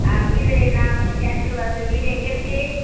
ஆ வீடு நான் வந்து கேட்டு வந் வீடு எங்கே இருக்குது